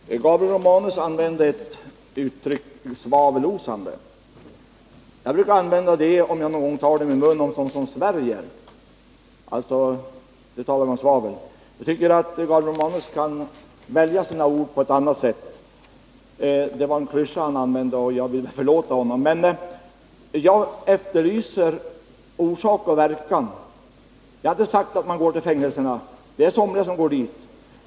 Herr talman! Gabriel Romanus använde i ett uttryck ordet ”svavelosande”. Om jag någon gång tar det i min mun använder jag det om någon som svärjer. Jag tycker att Gabriel Romanus borde välja sina ord bättre. Men det var en klyscha som han nu använde, och jag vill förlåta honom. Jag efterlyser sammanhanget mellan orsak och verkan. Jag har inte sagt att man går till fängelserna — även om somliga går dit.